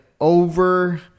over